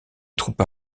troupes